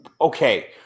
Okay